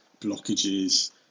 blockages